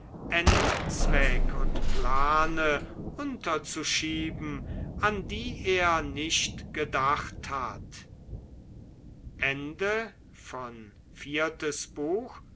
endzweck und plane unterzuschieben an die er nicht gedacht hat